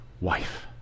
wife